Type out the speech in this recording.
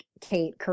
Kate